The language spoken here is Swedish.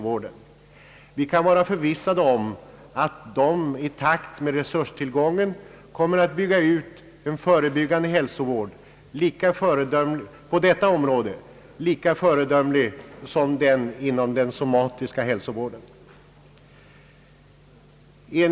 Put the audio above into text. Vi kan vara förvissade om att de i takt med resurstillgången kommer att bygga ut en förebyggande hälsovård där, lika föredömligt som inom den somatiska hälsovården.